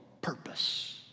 purpose